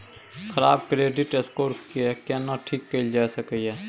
खराब credit score के केना ठीक कैल जा सकै ये?